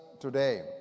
Today